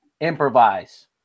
improvise